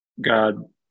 God